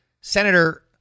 Senator